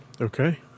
Okay